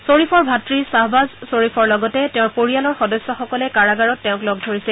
খ্বৰীফৰ ভাত় খাহবাজ খ্বৰীফৰ লগতে তেওঁৰ পৰিয়ালৰ সদস্যসকলে কাৰাগাৰত তেওঁক লগ ধৰিছিল